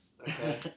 Okay